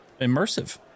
immersive